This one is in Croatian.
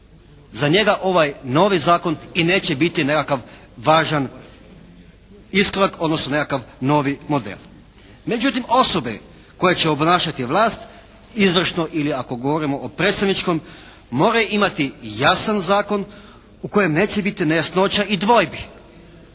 za njega ovaj novi zakon i neće biti nekakav važan iskorak, odnosno nekakav novi model. Međutim osobe koje će obnašati vlast izvršno ili ako govorimo o predstavničkom more imati jasan zakon u kojem neće biti nejasnoća i dvojbi